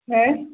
हा